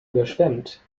überschwemmt